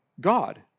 God